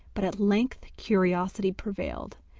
but at length curiosity prevailed,